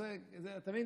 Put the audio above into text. אז אתה מבין?